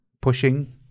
pushing